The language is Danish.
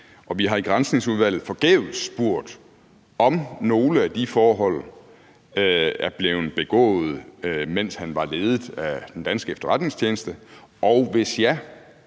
vi har i Granskningsudvalget forgæves spurgt, om nogle af de forhold er blevet begået, mens Ahmed Samsam var ledet af den danske efterretningstjeneste, og – hvis ja